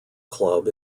club